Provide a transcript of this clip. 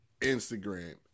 Instagram